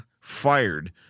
fired